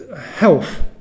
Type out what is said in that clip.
health